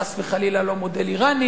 חס וחלילה לא מודל אירני.